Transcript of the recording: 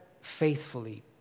faithfully